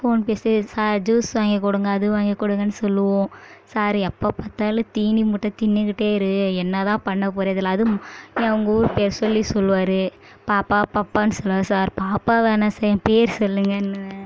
phone பேசி sir juice வாங்கி கொடுங்க அது வாங்கி கொடுங்கன்னு சொல்லுவோம் சார் எப்போ பார்த்தாலும் தீனி மூட்டை தின்னுக்கிட்டு இரு என்ன தான் பண்ணப் போகிற இதெல்லாம் அதுவும் எங்கள் ஊர் பேர் சொல்லி சொல்வார் பாப்பா பாப்பான்னு சொல்லுவார் சார் பாப்பா வேணா சார் என் பெயர் சொல்லுங்கன்னுவேன்